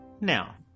Now